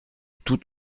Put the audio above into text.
tout